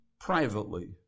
privately